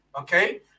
okay